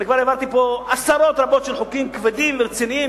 אני כבר העברתי פה עשרות רבות של חוקים כבדים ורציניים,